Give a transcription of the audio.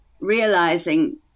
realizing